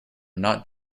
not